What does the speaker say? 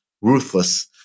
ruthless